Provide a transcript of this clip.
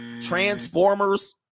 Transformers